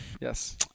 Yes